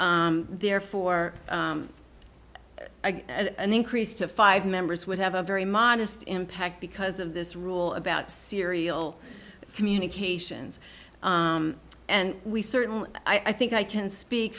therefore an increase to five members would have a very modest impact because of this rule about serial communications and we certainly i think i can speak